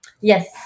Yes